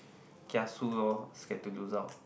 kiasu lor scared to lose out